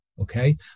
okay